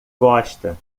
gosta